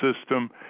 system